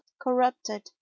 corrupted